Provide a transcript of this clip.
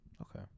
okay